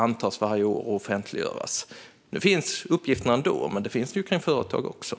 Nu finns ju uppgifterna ändå, men det gäller även företagen.